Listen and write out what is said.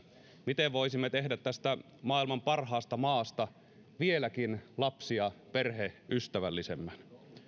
miten voisimme tehdä tästä maailman parhaasta maasta vieläkin lapsi ja perheystävällisemmän